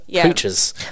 creatures